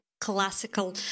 classical